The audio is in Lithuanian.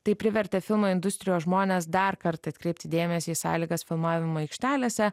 tai privertė filmo industrijos žmones dar kartą atkreipti dėmesį į sąlygas filmavimo aikštelėse